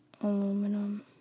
aluminum